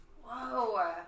Whoa